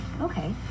okay